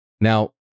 Now